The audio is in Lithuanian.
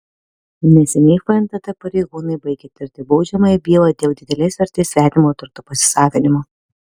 neseniai fntt pareigūnai baigė tirti baudžiamąją bylą dėl didelės vertės svetimo turto pasisavinimo